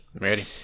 Ready